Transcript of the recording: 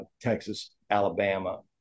Texas-Alabama